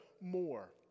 more